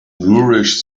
nourish